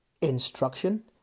instruction